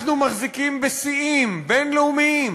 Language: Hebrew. אנחנו מחזיקים בשיאים בין-לאומיים